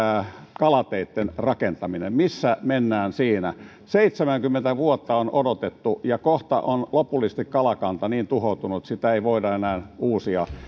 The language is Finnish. kalateitten rakentaminen missä mennään siinä seitsemänkymmentä vuotta on odotettu ja kohta on lopullisesti kalakanta niin tuhoutunut että sitä ei voida enää uusia